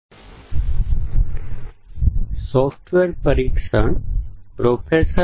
આ સત્રમાં આપનું સ્વાગત છે